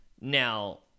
now